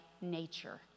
nature